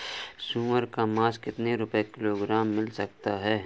सुअर का मांस कितनी रुपय किलोग्राम मिल सकता है?